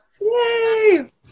Yay